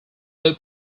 who